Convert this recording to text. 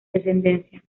descendencia